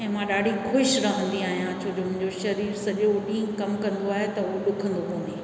मां ॾाढी ख़ुशि रहंदी आहियां छोजो मुंहिंजो शरीरु सॼो ॾींहुं कमु कंदो आहे त उहो ॾुखंदो कोन्हे